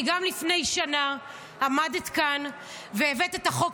כי גם לפני שנה עמדת כאן והבאת את החוק